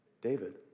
David